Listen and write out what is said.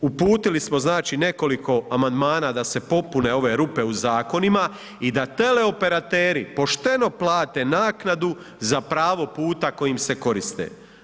Uputili smo znači nekoliko amandmana da se popune ove rupe u zakonima i teleoperateri pošteno plate naknadu za pravo puta kojim se koriste.